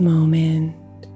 moment